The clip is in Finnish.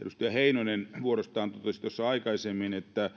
edustaja heinonen vuorostaan totesi tuossa aikaisemmin että